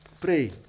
pray